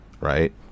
Right